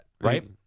Right